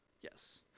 Yes